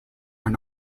are